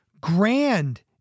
grand